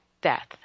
death